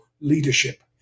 leadership